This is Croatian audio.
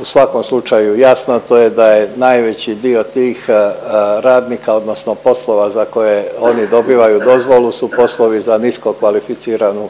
u svakom slučaju jasno, a to je da je najveći dio tih radnika odnosno poslova za koje oni dobivaju dozvolu su poslovi za niskokvalificiranu